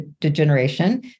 degeneration